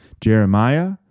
Jeremiah